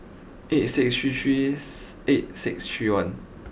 eight six three three eight six three one